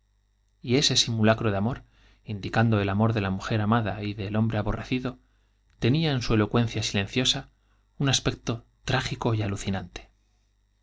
sus ese simulacro de amor indicando el amor de la mujer amada y del hombre aborrecido tenía en su elocuen cia silenciosa un aspecto trágico y alucinante